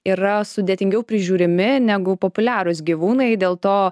yra sudėtingiau prižiūrimi negu populiarūs gyvūnai dėl to